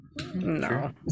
No